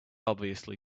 obviously